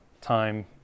time